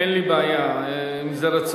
אין לי בעיה, אם זה רצונו.